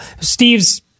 Steve's